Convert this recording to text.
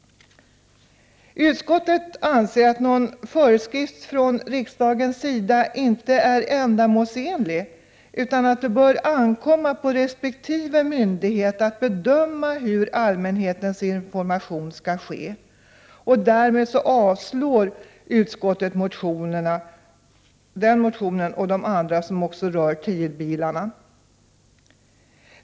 Utskottet anser att en föreskrift från riksdagens sida inte är ändamålsenlig. Det bör i stället ankomma på resp. myndighet att bedöma hur allmänhetens information skall ske. Därmed avstyrker utskottet motionerna som rör TIR-bilarna.